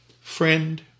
Friend